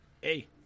Hey